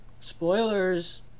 Spoilers